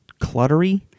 cluttery